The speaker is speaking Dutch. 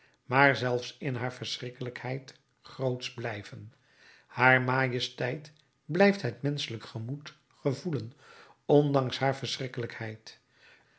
maar zelfs in haar verschrikkelijkheid grootsch blijven haar majesteit blijft het menschelijk gemoed gevoelen ondanks haar